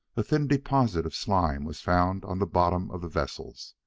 a thin deposit of slime was found on the bottoms of the vessels.